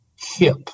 hip